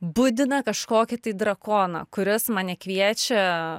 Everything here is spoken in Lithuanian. budina kažkokį tai drakoną kuris mane kviečia